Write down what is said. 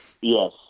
yes